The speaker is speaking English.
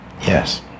Yes